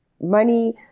money